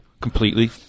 completely